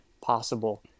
possible